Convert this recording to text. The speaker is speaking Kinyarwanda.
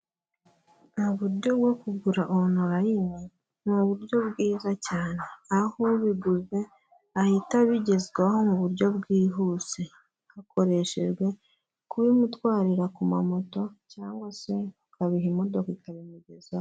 Ni uburyo bwo kugura onorayini, ni uburyo bwiza cyane aho ubiguze ahita abigezwaho mu buryo bwihuse, hakoreshejwe kubimutwarira ku mamoto cyangwa se ukabiha imodoka ikabimugezaho.